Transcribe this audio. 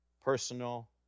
personal